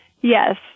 Yes